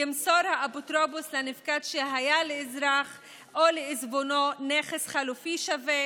ימסור האפוטרופוס לנפקד שהיה לאזרח או לעיזבונו נכס חלופי שווה